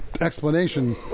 explanation